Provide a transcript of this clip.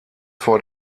vor